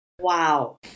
Wow